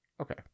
Okay